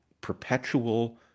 perpetual